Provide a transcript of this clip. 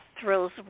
thrills